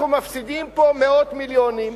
אנחנו מפסידים פה מאות מיליונים,